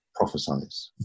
prophesize